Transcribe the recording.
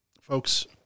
folks